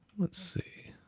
let's see,